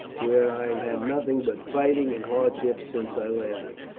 where i have had nothing but fighting and hardships since i landed.